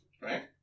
right